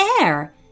air